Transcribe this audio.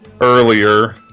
earlier